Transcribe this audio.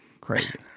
Crazy